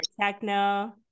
techno